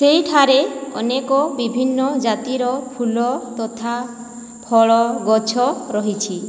ସେହିଠାରେ ଅନେକ ବିଭିନ୍ନ ଜାତିର ଫୁଲ ତଥା ଫଳ ଗଛ ରହିଛି